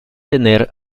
tener